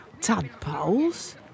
Tadpoles